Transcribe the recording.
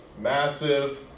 massive